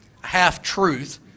half-truth